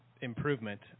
improvement